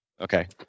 Okay